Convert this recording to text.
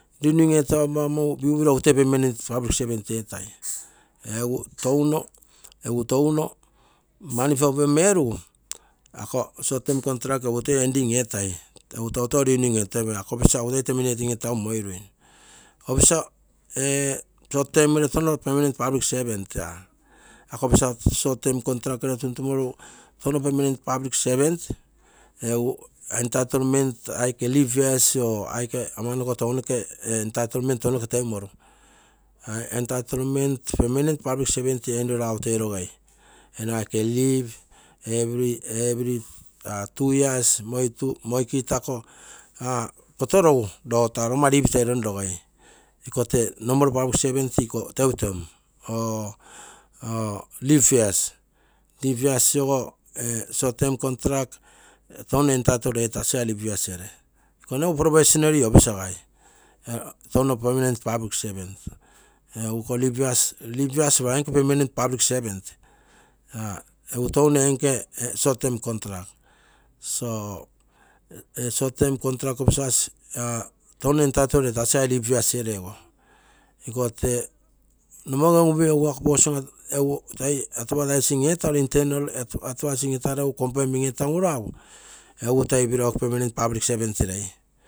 Renewing etoipammo upiro egu toi public servant etai. Egu touno mani perform erugu ako short term contruct egu toi ending etai, egu toutou renewing etoipai ako officer egu toi terminating etagu moirui. officer short term gere touno public servant, short term contruct ere tuntumoru touno permanent public servant. Egu entitlement aike leave years or aike amanoko tounoke or entitlement tounoke tenmoru. Entitlement permanent public servant enino raagu toi rogei eegere aike leave, every two years moi keitako kotoiogu rogo tao rogomma leave toi ronrogei. iko tee normal public servant iko teuteum or leave years, leave years ago ee short term contruct touno entitle etasigai leave years ere iko nogu professional officer gai touno pulic servant iko leave years iopa ee nke permanent public servant. egu touno ee nke short term contruct. E short term contruct touno entitle etasigai leave years eerego iko tee nomoge un upimo egu tee egu advitsing etaro egu confirming etagu raogu, egu toi permanent public servant rei.